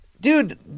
dude